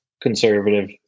conservative